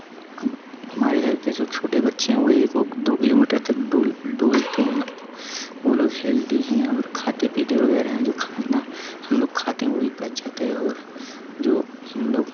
हमारे घर के जो छोटे बच्चे हैं वे एक ओके दो किलो मीटर तक डोल डोलते हैं मतलब वे लोग हेल्दी हैं और खाते पीते वगैरह हैं जो खाना ह हम लोग खाते हैं वह भी पच जाता है और जो हम लोग